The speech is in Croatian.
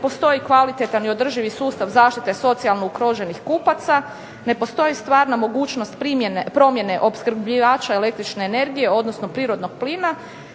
ne postoji kvalitetan i održivi sustav zaštite socijalno ugroženih kupaca, ne postoji stvarna mogućnost promjene opskrbljivača električne energije, odnosno prirodnog plina,